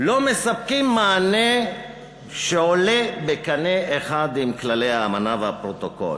לא מספקים מענה שעולה בקנה אחד עם כללי האמנה והפרוטוקול.